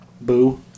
boo